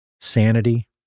sanity